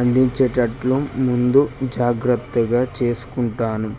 అందించేటట్లు ముందు జాగ్రత్తగా చేసుకుంటాను